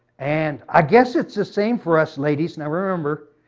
and i guess it's the same for us ladies. now remember,